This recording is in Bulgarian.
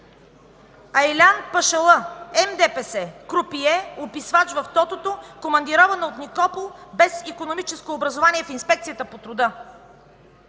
Айлян Пашалъ – МДПС – крупие, описвач в тотото, командирован от Никопол, без икономическо образование, в Инспекцията по труда.